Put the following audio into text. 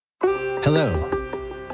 Hello